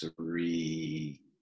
three